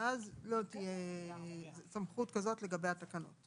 אז לא תהיה סמכות כזאת לגבי התקנות.